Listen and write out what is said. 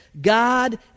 God